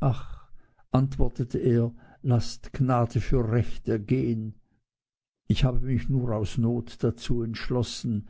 ach antwortete er laßt gnade für recht ergehen ich habe mich nur aus not dazu entschlossen